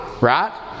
Right